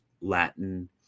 Latin